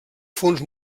fons